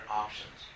options